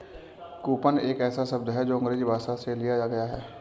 coupon एक ऐसा शब्द है जो अंग्रेजी भाषा से लिया गया है